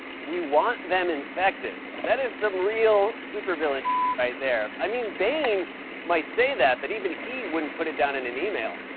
we want them infected. that is some real super villain right there. i mean, bane might say that, but even he wouldn't put it down in an email.